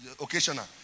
Occasional